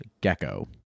gecko